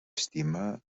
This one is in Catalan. estima